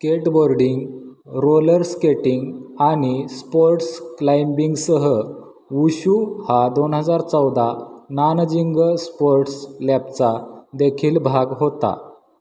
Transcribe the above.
skateboarding roller skating आणि sports क्लाइम्बिंगसह wushu हा दोन हजार चौदा नानजिंग स्पोर्ट्स लॅपचादेखील भाग होता